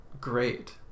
great